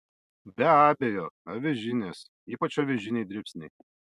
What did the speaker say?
be abejo avižinės ypač avižiniai dribsniai